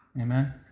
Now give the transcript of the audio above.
Amen